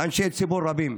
אנשי ציבור רבים,